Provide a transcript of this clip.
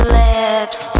lips